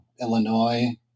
Illinois